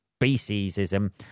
speciesism